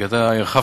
כי אתה הרחבת.